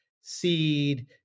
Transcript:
seed